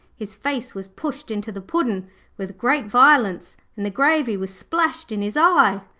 his face was pushed into the puddin' with great violence, and the gravy was splashed in his eye.